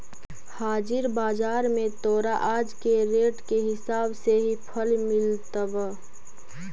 हाजिर बाजार में तोरा आज के रेट के हिसाब से ही फल मिलतवऽ